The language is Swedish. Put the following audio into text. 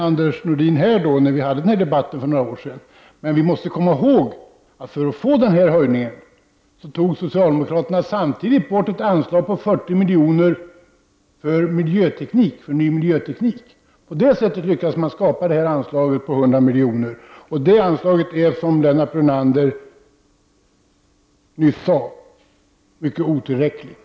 Anders Nordin var inte här när vi debatterade denna fråga för några år sedan, men vi måste komma ihåg att socialdemokraterna för att få denna höjning till stånd samtidigt tog bort ett anslag på 40 miljoner för ny miljöteknik. På det sättet lyckades man skapa detta anslag på 100 miljoner, och det anslaget är, som Lennart Brunander nyss sade, högst otillräckligt.